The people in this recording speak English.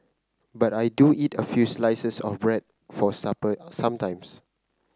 but I do eat a few slices of bread for supper sometimes